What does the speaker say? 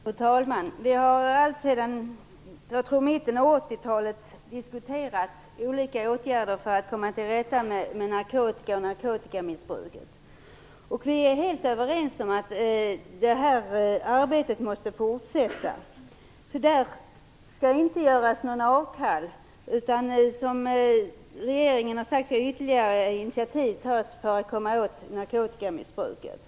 Fru talman! Vi har alltsedan mitten av 80-talet diskuterat olika åtgärder för att komma till rätta med narkotikamissbruket. Vi är helt överens om att detta arbete måste fortsätta. Det skall inte göras avkall på detta, utan ytterligare initiativ skall, som regeringen har uttalat, tas för att komma åt narkotikamissbruket.